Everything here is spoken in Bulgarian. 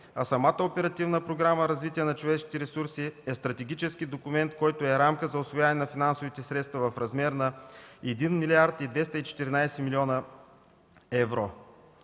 а самата Оперативна програма „Развитие на човешките ресурси” е стратегически документ, който е рамка за усвояване на финансовите средства в размер на 1 млрд. 214 млн. евро,